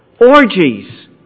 Orgies